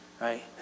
Right